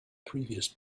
previous